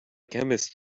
chemist